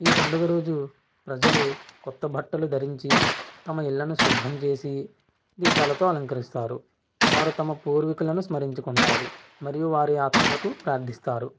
ఈ పండుగ రోజు ప్రజలు కొత్త బట్టలు ధరించి తమ ఇళ్ళను శుభ్రం చేసి దీపాలతో అలంకరిస్తారు వారు తమ పూర్వీకులను స్మరించుకుంటారు మరియు వారి ఆత్మలను ప్రార్థిస్తారు